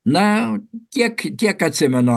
na kiek kiek atsimenu